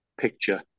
picture